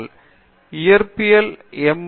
பேராசிரியர் பிரதாப் ஹரிதாஸ் இயற்பியலில் எம்